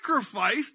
sacrifice